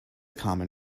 common